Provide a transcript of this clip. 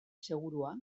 segurua